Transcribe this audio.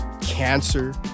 cancer